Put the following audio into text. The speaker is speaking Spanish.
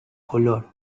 color